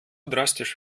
drastisch